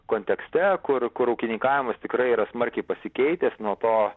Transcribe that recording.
kontekste kur kur ūkininkavimas tikrai yra smarkiai pasikeitęs nuo to